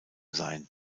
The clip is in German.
sein